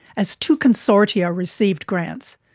as two consortia received grants,